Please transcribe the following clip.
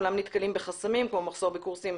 אולם נתקלים בחסמים כמו מחסור בקורסים,